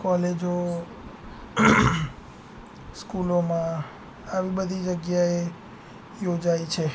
કોલેજો સ્કૂલોમાં આવી બધી જગ્યાએ યોજાય છે